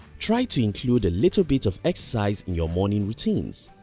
try to include a little bit of exercise in your morning routines.